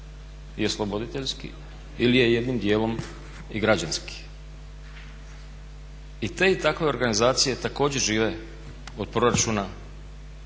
I te i takve organizacije također žive od proračuna